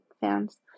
fans